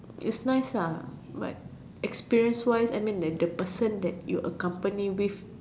is nice lah but the experience wise the person you accompany with